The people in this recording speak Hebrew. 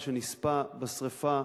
שנספה בשרפה